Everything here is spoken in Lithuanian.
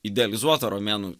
idealizuotą romėnų